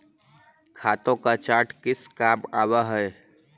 खातों का चार्ट किस काम आवअ हई